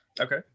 Okay